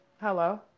Hello